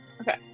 okay